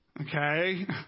Okay